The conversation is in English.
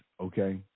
okay